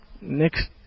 next